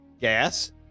gas